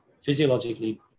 physiologically